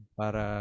para